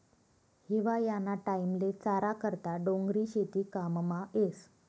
हिवायाना टाईमले चारा करता डोंगरी शेती काममा येस